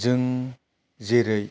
जों जेरै